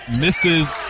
misses